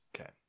Okay